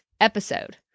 episode